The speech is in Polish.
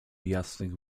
jasnych